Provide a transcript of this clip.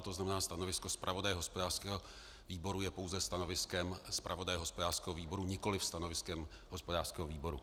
To znamená, stanovisko zpravodaje hospodářského výboru je pouze stanoviskem zpravodaje hospodářského výboru, nikoli stanoviskem hospodářského výboru.